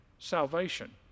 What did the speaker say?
salvation